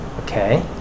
Okay